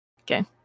okay